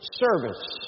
service